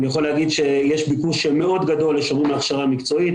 אני יכול להגיד שיש ביקוש מאוד גדול להכשרה מקצועית,